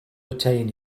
attain